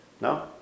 No